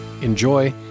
Enjoy